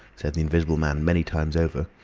said the invisible man many times over.